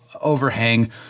overhang